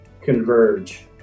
converge